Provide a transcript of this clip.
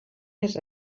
més